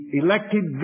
elected